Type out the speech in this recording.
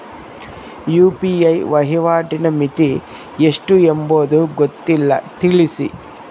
UPI ವಹಿವಾಟಿನ ಮಿತಿ ಎಷ್ಟು ಎಂಬುದು ಗೊತ್ತಿಲ್ಲ? ತಿಳಿಸಿ?